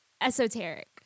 esoteric